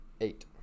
eight